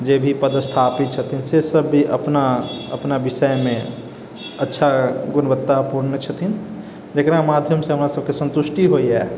जे भी पदस्थापित छथिन से सब भी अपना अपना विषयमे अच्छा गुणवत्ता पूर्ण छथिन जकरा माध्यमसँ हमरा सबके सन्तुष्टि होइ यऽ